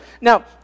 Now